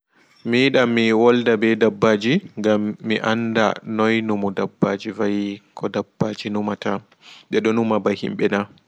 Mi ɓuran yiɗugo mi janga ɗeftere ngam haa ɗeftere mi heɓan andal masin ɗow fim